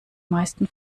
meisten